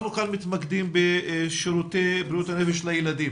אנחנו כאן מתמקדים בשירותי בריאות הנפש לילדים.